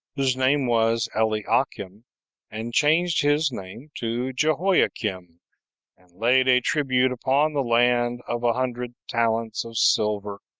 whose name was eliakim, and changed his name to jehoiakim and laid a tribute upon the land of a hundred talents of silver,